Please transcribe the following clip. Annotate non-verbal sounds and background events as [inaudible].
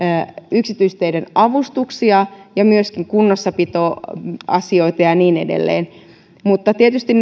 yksityisteiden avustuksia ja myöskin kunnossapitoasioita ja ja niin edelleen mutta tietysti [unintelligible]